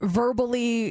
verbally